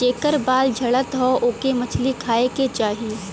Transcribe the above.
जेकर बाल झरत हौ ओके मछरी खाए के चाही